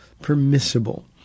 permissible